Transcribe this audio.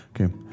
Okay